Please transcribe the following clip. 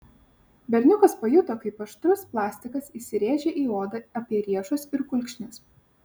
berniukas pajuto kaip aštrus plastikas įsirėžia į odą apie riešus ir kulkšnis